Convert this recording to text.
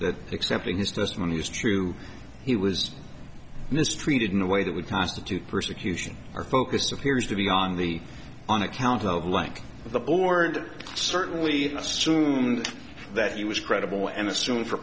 that except in his testimony is true he was mistreated in a way that would constitute persecution or focus appears to be on the on account of like the board certainly assumed that he was credible and assume for